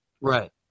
Right